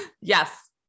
Yes